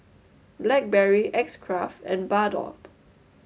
Blackberry X Craft and Bardot